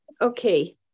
Okay